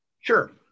Sure